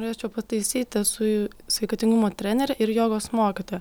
norėčiu pataisyti esu sveikatingumo trenerė ir jogos mokytoja